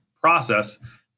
process